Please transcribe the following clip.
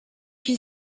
qui